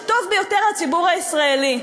ומאמין שטוב ביותר לציבור הישראלי.